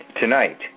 Tonight